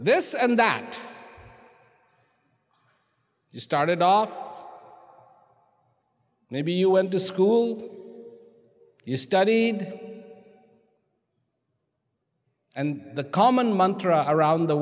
this and that you started off maybe you went to school you studied and the common mantra around the